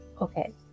okay